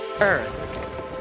Earth